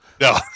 no